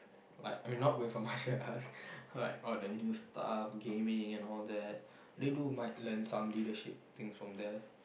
but I mean not going for marital arts like all the new stuff gaming and all that they do might learn some leadership thing from there